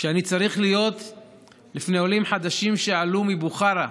כשאני צריך להיות לפני עולים חדשים שעלו מבוכרה,